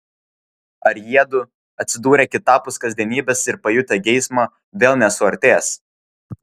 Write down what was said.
ar jiedu atsidūrę kitapus kasdienybės ir pajutę geismą vėl nesuartės